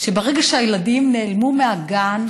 ברגע שהילדים נעלמו מהגן,